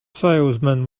salesman